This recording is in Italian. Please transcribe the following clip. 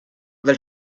del